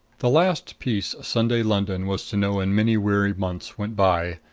the last peace sunday london was to know in many weary months went by,